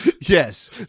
Yes